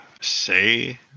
say